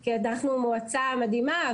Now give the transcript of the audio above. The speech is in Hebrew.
כי אנחנו מועצה מדהימה,